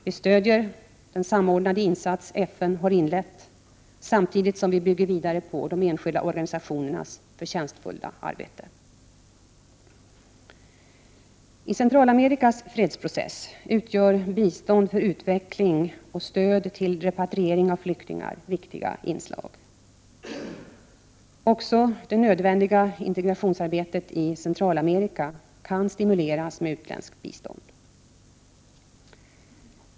Vi stödjer den samordnande insats FN har inlett samtidigt som vi bygger vidare på de enskilda organisationernas förtjänstfulla arbete. I Centralamerikas fredsprocess utgör bistånd för utveckling och stöd till repatriering av flyktingar viktiga inslag. Också det nödvändiga integrationsarbetet i Centralamerika kan stimuleras med utländskt bistånd.